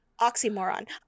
Oxymoron